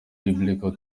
biblical